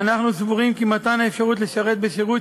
אנחנו סבורים כי מתן האפשרות לשרת בשירות